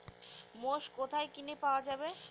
মোষ কোথায় কিনে পাওয়া যাবে?